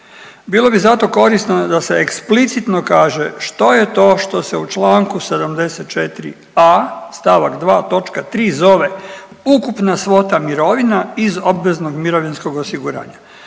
Bilo bi zato korisno da se eksplicitno kaže što je to što se u čl. 74.a st. 2. točka 3. zove, ukupna svota mirovina iz obveznog mirovinskog osiguranja?